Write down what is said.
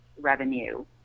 revenue